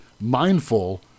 mindful